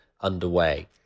underway